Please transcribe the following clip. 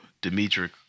Dimitri